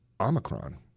Omicron